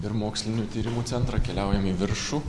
ir mokslinių tyrimų centrą keliaujam į viršų